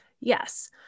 Yes